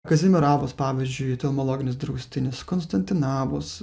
kazimieravos pavyzdžiui telmologinis draustinis konstantinavos